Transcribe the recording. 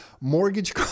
mortgage